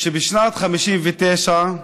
בשנת 1959,